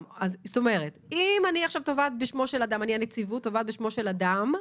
זאת אומרת, אם אני הנציבות תובעת בשמו של אדם,